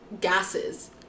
gases